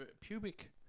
Pubic